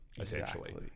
essentially